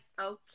Okay